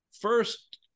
first